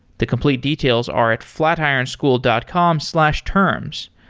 the complete details are at flatironschool dot com slash terms.